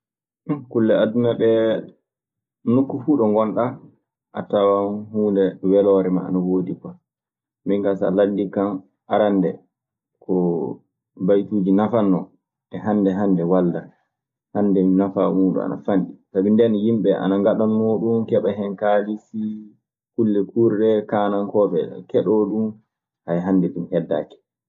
Kulle aduna ɗee, nokku fuu ɗo ngonɗaa, a tawan huunde weloorema ana woodi. Min kaa so a landike kan arande arande ko baytuuji nafannoo e hannde hannde walla hannde nafaa muuɗun ana fanɗi. Sabi ndeen yimɓe ana ngaɗannoo ɗum, keɓa hen kaalisi, kulle kuurɗe kaanankooɓe ana keɗoo ɗun. hannde ɗun heddaaki